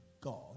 God